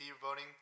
voting